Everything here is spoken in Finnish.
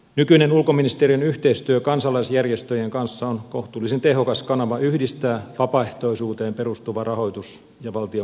nykyinen ulkoministeriön yhteistyö kansalaisjärjestöjen kanssa on kohtuullisen tehokas kanava yhdistää vapaaehtoisuuteen perustuva rahoitus ja valtion budjettirahoitus